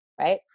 right